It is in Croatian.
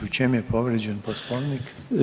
U čemu je povrijeđen Poslovnik?